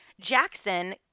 Jackson